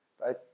right